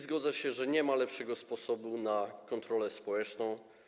Zgodzę się, że nie ma lepszego sposobu na kontrolę społeczną.